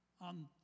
on